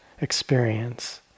experience